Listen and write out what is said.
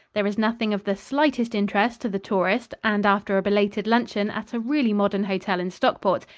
there is nothing of the slightest interest to the tourist, and after a belated luncheon at a really modern hotel in stockport,